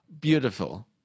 Beautiful